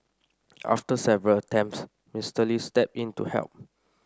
after several attempts Mister Lee stepped in to help